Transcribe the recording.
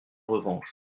revanche